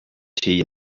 tea